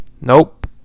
Nope